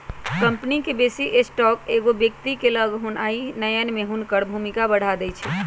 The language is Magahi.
कंपनी के बेशी स्टॉक एगो व्यक्ति के लग होनाइ नयन में हुनकर भूमिका बढ़ा देइ छै